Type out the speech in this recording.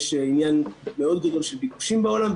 יש עניין מאוד גדול של ביקושים בעולם,